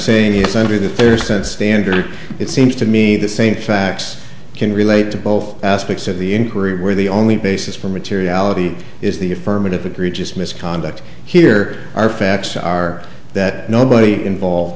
saying is under the fair said standard it seems to me the same facts can relate to both aspects of the inquiry where the only basis for materiality is the affirmative egregious misconduct here are facts are that nobody involved